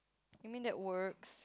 you mean that works